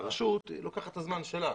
שהרשות לוקחת את הזמן שלה.